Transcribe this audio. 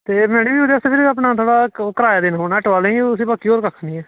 ते ओह् मैड़म जी तुसें किराया देना पौना ऑटो आह्ले गी होर कक्ख निं ऐ